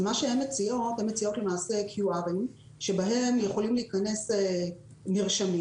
הן מציעות QR שבהם יכולים להיכנס נרשמים,